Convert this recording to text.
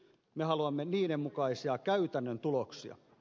me haluamme niiden mukaisia käytännön tuloksia